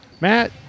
Matt